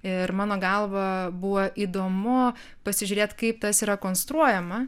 ir mano galva buvo įdomu pasižiūrėt kaip tas yra konstruojama